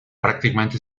prácticamente